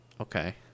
Okay